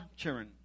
children